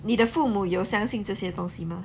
你的父母有相信这些东西吗